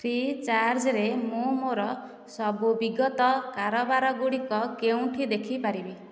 ଫ୍ରିଚାର୍ଜ୍ରେ ମୁଁ ମୋ'ର ସବୁ ବିଗତ କାରବାରଗୁଡ଼ିକ କେଉଁଠି ଦେଖିପାରିବି